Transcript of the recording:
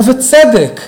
ובצדק.